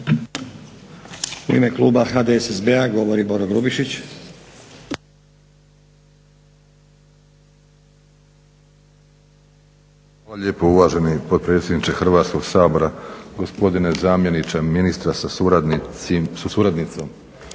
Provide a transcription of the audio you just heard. U ime kluba HDSSB-a govori Boro Grubišić. **Grubišić, Boro (HDSSB)** Hvala lijepo uvaženi potpredsjedniče Hrvatskog sabora. Gospodine zamjeniče ministra sa suradnicom,